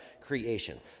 creation